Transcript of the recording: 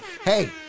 Hey